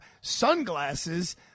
sunglasses